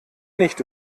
nicht